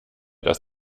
dass